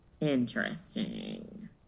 interesting